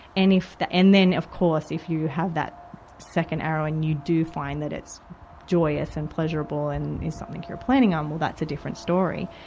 and if the, and then, of course, if you have that second arrow and you do find that it's joyous and pleasurable and is something you're planning on, well that's a different story.